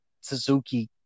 Suzuki